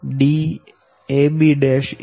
62 6